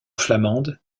flamande